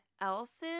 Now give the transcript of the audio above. else's